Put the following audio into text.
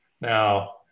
Now